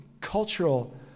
cultural